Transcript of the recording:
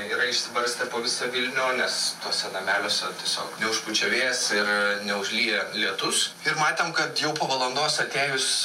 yra išsibarstę po visą vilnių nes tuose nameliuose tiesiog neužpučia vėjas ir neužlyja lietus ir matėm kad jau po valandos atėjus